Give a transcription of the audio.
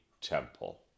temple